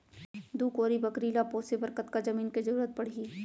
दू कोरी बकरी ला पोसे बर कतका जमीन के जरूरत पढही?